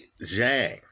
Zhang